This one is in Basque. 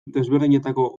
desberdinetako